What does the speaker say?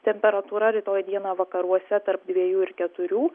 temperatūra rytoj dieną vakaruose tarp dviejų ir keturių